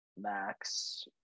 Max